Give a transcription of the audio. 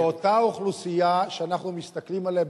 זאת אותה אוכלוסייה שאנחנו מסתכלים עליה,